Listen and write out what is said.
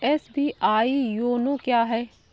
SBI YONO क्या है?